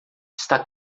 está